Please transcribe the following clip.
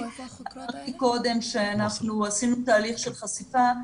אמרתי קודם שאנחנו עשינו תהליך של חשיפה,